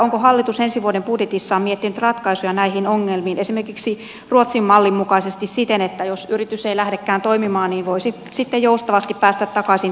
onko hallitus ensi vuoden budjetissaan miettinyt ratkaisuja näihin ongelmiin esimerkiksi ruotsin mallin mukaisesti siten että jos yritys ei lähdekään toimimaan niin voisi sitten joustavasti päästä takaisin työttömyysturvan piiriin